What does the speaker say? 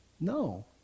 No